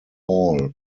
hall